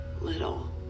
little